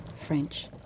French